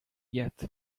yet